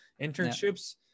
internships